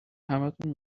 همتون